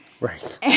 Right